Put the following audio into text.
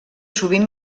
sovint